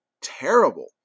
terrible